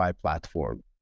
platform